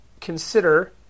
consider